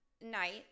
night